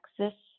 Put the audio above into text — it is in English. Texas